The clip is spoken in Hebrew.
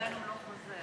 לצערנו הוא לא חוזר.